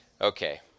Okay